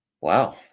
Wow